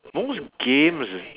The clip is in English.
most games